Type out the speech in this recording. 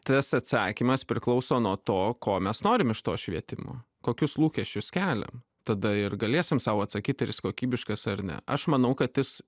tas atsakymas priklauso nuo to ko mes norim iš to švietimo kokius lūkesčius keliam tada ir galėsim sau atsakyt ar jis kokybiškas ar ne aš manau kad jis